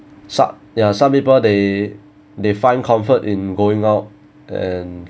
some ya some people they they find comfort in going out and